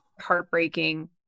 heartbreaking